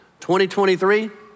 2023